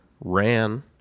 ran